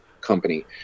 company